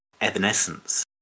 evanescence